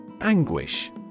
Anguish